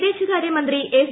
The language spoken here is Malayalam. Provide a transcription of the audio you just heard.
വിദേശകാരൃ മന്ത്രി എസ്